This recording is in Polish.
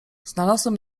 znalazłem